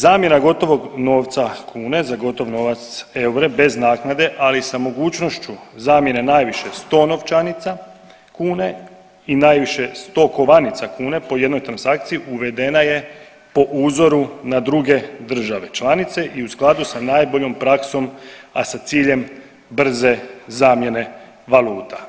Zamjena gotovog novca kune za gotov novac eura bez naknade ali sa mogućnošću zamjene najviše 100 novčanica kune i najviše kovanice kune po jednoj transakciji uvedena je po uzoru na druge države članice i u skladu s najboljom praksom, a sa ciljem brze zamjene valuta.